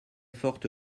forte